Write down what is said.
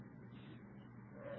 adlक्या है